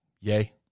yay